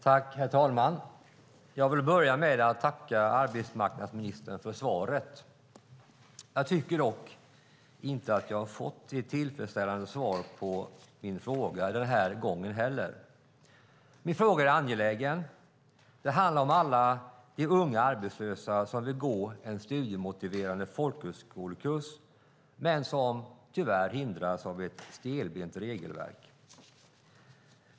Herr talman! Jag vill börja med att tacka arbetsmarknadsministern för svaret. Jag tycker dock inte att jag har fått ett tillfredsställande svar på min fråga den här gången heller. Min fråga är angelägen. Den handlar om alla de unga arbetslösa som vill gå en studiemotiverande folkhögskolekurs men som tyvärr hindras av ett stelbent regelverk.